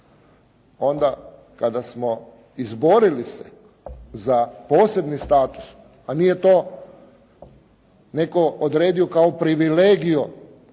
Onda kada smo izborili se za posebni status, a nije to neko odredio kao privilegiju